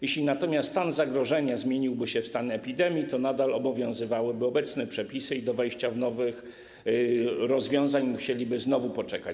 Jeśli natomiast stan zagrożenia zmieniłby się w stan epidemii, to nadal obowiązywałyby obecne przepisy i do wejścia nowych rozwiązań musieliby znowu poczekać.